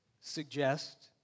suggest